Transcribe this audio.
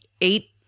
eight